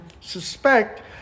suspect